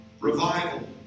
Revival